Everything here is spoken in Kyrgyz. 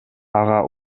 ага